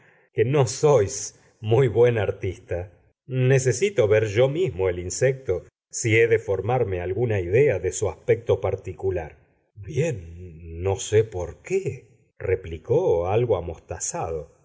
que no sois muy buen artista necesito ver yo mismo el insecto si he de formarme alguna idea de su aspecto particular bien no sé por qué replicó algo amostazado